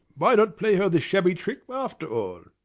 why not play her this shabby trick, after all?